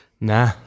Nah